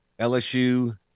LSU